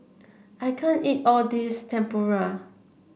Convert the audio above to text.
I can't eat all this Tempura